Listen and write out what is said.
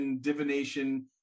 divination